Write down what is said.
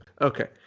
Okay